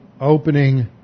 opening